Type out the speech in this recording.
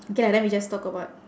okay ah then we just talk about